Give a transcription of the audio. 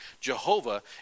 Jehovah